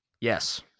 Yes